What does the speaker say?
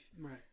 Right